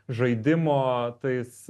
žaidimo tais